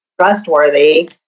trustworthy